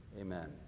Amen